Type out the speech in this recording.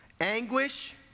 anguish